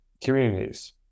communities